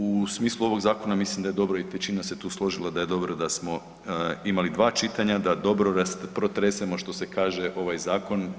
U smislu ovog zakona mislim da je dobro i većina se tu složila da je dobro da smo imali dva čitanja, da dobro protresemo što se kaže ovaj zakon.